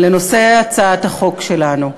לנושא הצעת החוק שלנו: